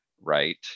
right